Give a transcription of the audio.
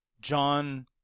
John